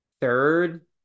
third